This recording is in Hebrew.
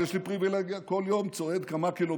אבל יש לי פריבילגיה: כל יום צועד כמה קילומטרים,